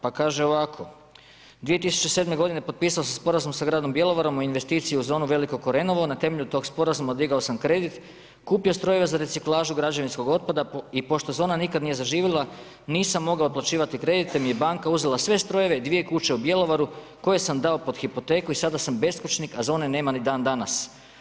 Pa kaže ovako „2007. godine potpisao sam sporazum sa gradom Bjelovarom o investiciji u zoni VEiko KOrenovo na temelju tog sporazuma digao sam kredit, kupio strojeve za reciklažu građevinskog otpada i pošto zona nikad nije zaživila nisam mogao otplaćivati kredit te mi je banka sve strojeve, dvije kuće u Bjelovaru koje sam dao pod hipoteku i sada sam beskućnik, a zone nema ni dan danas.